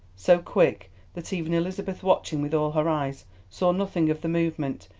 so quick that even elizabeth watching with all her eyes saw nothing of the movement,